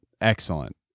excellent